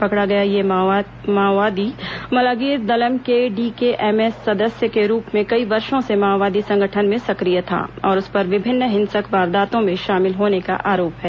पकड़ा गया यह माओवादी मलागीर दलम के डीकेएमएस सदस्य के रूप में कई वर्षो से माओवादी संगठन में सक्रिय था और उस पर विभिन्न हिंसक वारदातों में शामिल होने का आरोप है